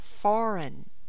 foreign